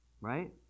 Right